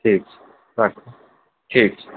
ठीक छै राखू ठीक छै